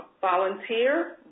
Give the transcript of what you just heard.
Volunteer